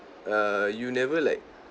err you never like